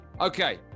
okay